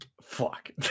fuck